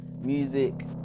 music